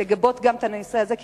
לגבות גם את הנושא הזה,